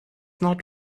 not